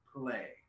play